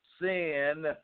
sin